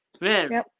man